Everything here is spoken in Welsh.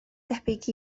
debyg